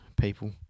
people